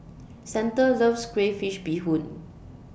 Santa loves Crayfish Beehoon